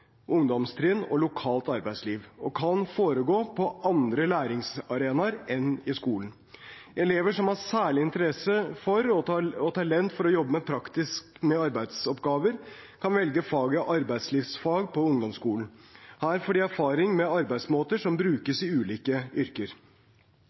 ungdomstrinn og lokalt arbeidsliv og kan foregå på andre læringsarenaer enn skolen. Elever som har særlig interesse og talent for å jobbe med praktiske arbeidsoppgaver, kan velge faget arbeidslivsfag på ungdomsskolen. Her får de erfaring med arbeidsmåter som